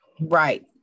Right